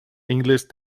english